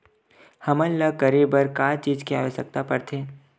हमन ला करे बर का चीज के आवश्कता परथे?